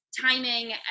timing